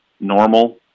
normal